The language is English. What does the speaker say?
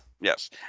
Yes